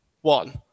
one